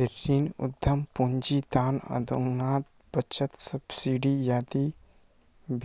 ऋण, उद्यम पूंजी, दान, अनुदान, बचत, सब्सिडी आदि